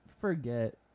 forget